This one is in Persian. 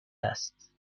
است